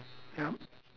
yup